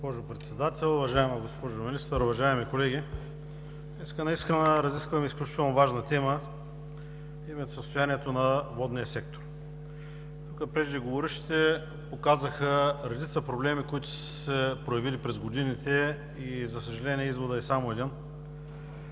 госпожо Председател, уважаема госпожо Министър, уважаеми колеги! Днес наистина разискваме изключително важна тема, а именно за състоянието на водния сектор. Тук преждеговорившите показаха редица проблеми, които са се проявили през годините и, за съжаление, изводът е само един: